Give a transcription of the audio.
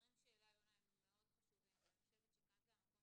הדברים שהעלה יונה הם מאוד חשובים ואני חושבת שכאן זה המקום